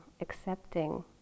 accepting